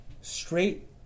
straight